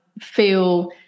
feel